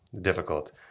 difficult